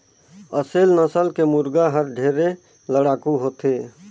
असेल नसल के मुरगा हर ढेरे लड़ाकू होथे